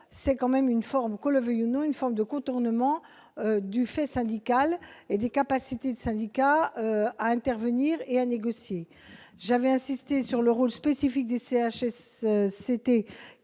qu'on le veuille ou non, une forme de contournement du fait syndical et des capacités des syndicats à intervenir et à négocier. J'avais insisté sur le rôle spécifique des